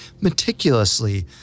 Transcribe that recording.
meticulously